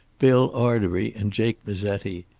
bill ardary and jake mazetti.